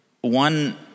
one